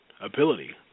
ability